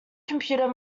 computer